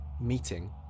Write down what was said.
meeting